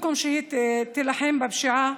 במקום שהיא תילחם בפשיעה,